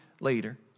later